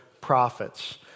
prophets